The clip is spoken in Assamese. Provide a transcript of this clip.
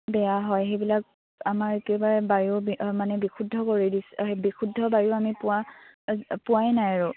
বেয়া হয় সেইবিলাক আমাৰ একেবাৰে বায়ু মানে বিশুদ্ধ কৰি দিছে বিশুদ্ধ বায়ু আমি পোৱা পোৱাই নাই আৰু